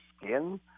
skin